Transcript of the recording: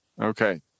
Okay